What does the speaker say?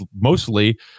mostly